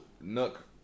nook